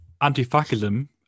anti-fascism